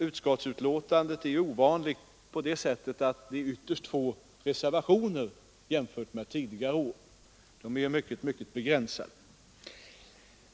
Utskottsbetänkandet är i stället ovanligt på det sättet att det innehåller ytterst få reservationer jämfört med tidigare år.